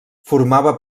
formava